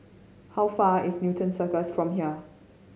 how far is Newton Cirus from here